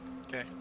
Okay